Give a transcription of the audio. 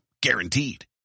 Guaranteed